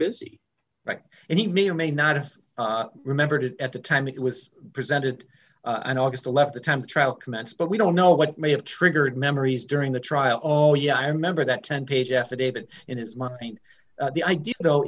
busy right and he may or may not have remembered it at the time it was presented on august the left the time trial commenced but we don't know what may have triggered memories during the trial oh yeah i remember that ten page affidavit in his mind the idea though